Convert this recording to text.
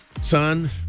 Son